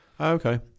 Okay